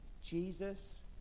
Jesus